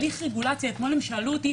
אתמול הם שאלו אותי